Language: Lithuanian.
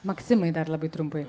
maksimai dar labai trumpai